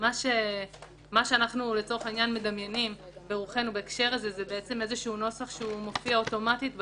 מה שאנחנו מדמיינים ברוחנו בהקשר הזה זה נוסח שמופיע אוטומטית בדוח.